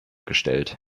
gestellt